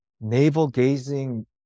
navel-gazing